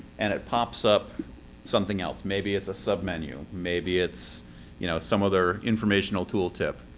and it pops up something else. maybe it's a submenu. maybe it's you know some other informational tool tip.